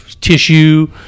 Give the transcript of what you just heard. tissue